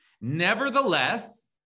nevertheless